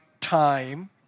time